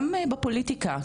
גם בפוליטיקה,